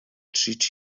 treat